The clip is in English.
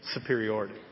superiority